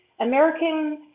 American